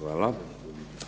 Hvala.